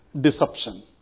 deception